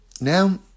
now